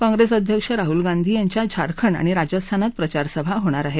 काँप्रेस अध्यक्ष राहुल गांधी यांच्या झारखंड आणि राजस्थानात प्रचार सभा होणार आहेत